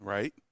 Right